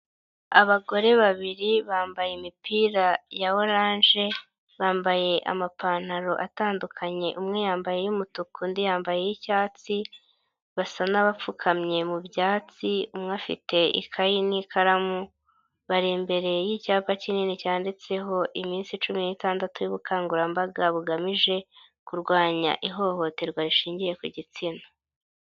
Abagore babiri bambaye imipira ya oranje, bambaye amapantaro atandukanye, umwe yambaye y'umutuku undi yambaye iy'icyatsi, basa n'abapfukamye mu byatsi, umwe afite ikayi n'ikaramu, bari imberey'icyapa kinini cyanditseho iminsi cumi n'itandatu y'ubukangurambaga bugamije kurwanya ihohoterwa rishingiye ku gitsina.